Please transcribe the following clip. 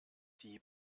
die